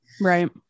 Right